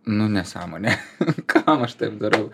nu nesąmonė kam aš taip darau